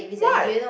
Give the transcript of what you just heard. what